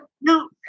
No